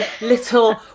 little